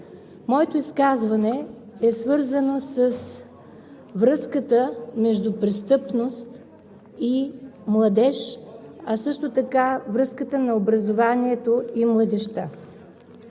Моето изказване е свързано с връзката между престъпност и младеж, а също така с връзката на образованието и младежта.